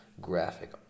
graphic